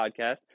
podcast